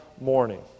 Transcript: morning